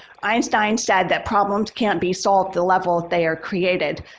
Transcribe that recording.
einstein said that problems can be solved the level they are created.